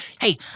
Hey